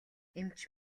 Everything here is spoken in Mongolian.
эмч